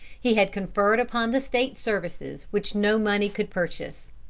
he had conferred upon the state services which no money could purchase.